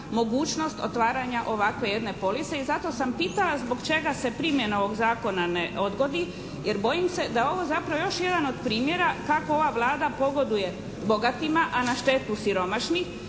mogućnost otvaranja ovakve jedne police i zato sam pitala zbog čega se primjena ovog Zakona ne odgodi jer bojim se da je ovo zapravo još jedan od primjera kako ova Vlada pogoduje bogatima, a na štetu siromašnih